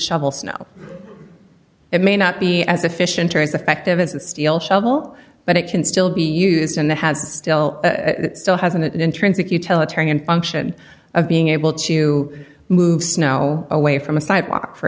shovel snow it may not be as efficient or as effective as a steel shovel but it can still be used and has still still has an intrinsic utilitarian function of being able to move snow away from a sidewalk for